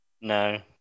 No